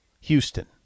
Houston